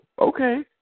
okay